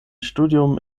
studium